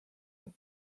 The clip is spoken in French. ans